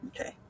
Okay